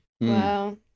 Wow